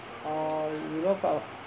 or you